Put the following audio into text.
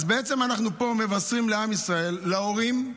אז בעצם אנחנו פה מבשרים לעם ישראל, להורים,